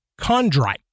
chondrite